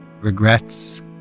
regrets